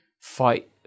fight